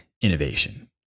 innovation